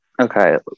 Okay